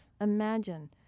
Imagine